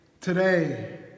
today